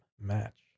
match